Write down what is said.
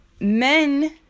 Men